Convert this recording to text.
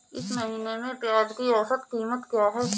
इस महीने में प्याज की औसत कीमत क्या है?